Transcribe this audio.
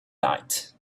night